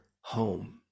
home